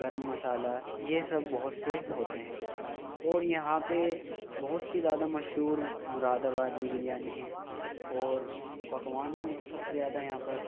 گرم مصالحہ یہ سب بہت سے ہوتے ہیں اور یہاں پہ بہت سی زیادہ مشہور مراد آبادی بریانی ہیں اور پکوانوں میں تو سب سے زیادہ یہاں پر